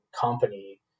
company